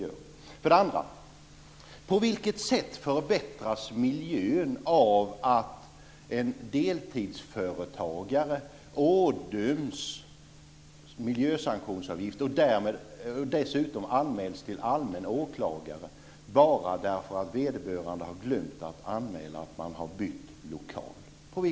För det andra: På vilket sätt förbättras miljön av att en deltidsföretagare ådöms miljösanktionsavgifter och dessutom anmäls till allmän åklagare bara därför att vederbörande har glömt att anmäla att han har bytt lokal?